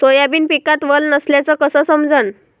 Soybean पिकात वल नसल्याचं कस समजन?